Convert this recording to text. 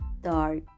Dark